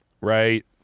right